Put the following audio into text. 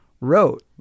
wrote